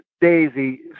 Daisy